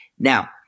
Now